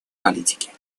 политики